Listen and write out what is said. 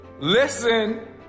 Listen